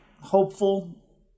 hopeful